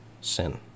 sin